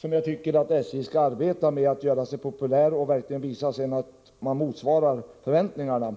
sättet jag tycker att SJ skall arbeta. Man skall arbeta på att göra sig populär och verkligen visa att man vill motsvara folkets förväntningar.